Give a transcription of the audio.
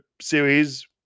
series